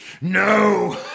No